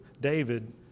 David